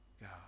God